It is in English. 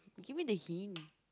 you give me the hint